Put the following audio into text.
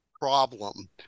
problem